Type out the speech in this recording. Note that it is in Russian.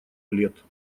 лет